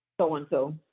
so-and-so